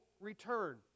return